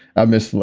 i miss,